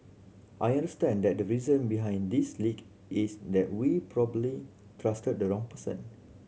I understand that the reason behind this leak is that we probably trusted the wrong person